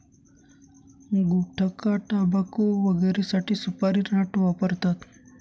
गुटखाटाबकू वगैरेसाठी सुपारी नट वापरतात